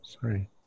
Sorry